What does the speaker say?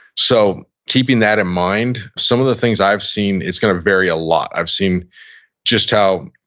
so keeping that in mind, some of the things i've seen is gonna vary a lot. i've seen just how,